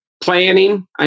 planning